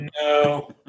No